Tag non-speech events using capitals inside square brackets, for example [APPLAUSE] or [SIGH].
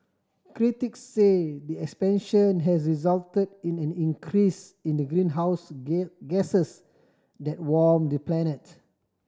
critic say the expansion has result in an increase in the greenhouse [UNINTELLIGIBLE] gases that warm the planet